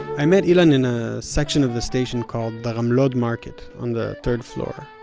i met ilan in a section of the station called the ramlod market on the third floor.